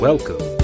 Welcome